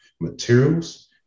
materials